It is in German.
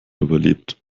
überlebt